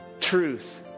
truth